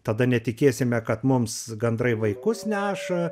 tada netikėsime kad mums gandrai vaikus neša